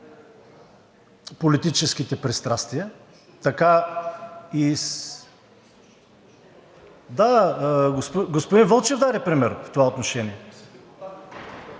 политическите пристрастия, така и... (Реплики.) Да, господин Вълчев даде пример в това отношение.